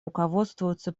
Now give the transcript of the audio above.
руководствуются